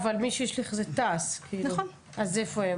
אבל מי שהשליך זה תעש, אז איפה הם?